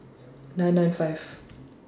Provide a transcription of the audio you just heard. nine nine five